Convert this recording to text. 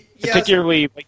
Particularly